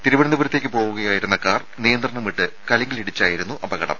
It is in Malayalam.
തിരുവനന്തപുരത്തേക്ക് പോവുകയായിരുന്ന കാർ നിയന്ത്രണം വിട്ട് കലുങ്കിലിടിച്ചായിരുന്നു അപകടം